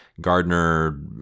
Gardner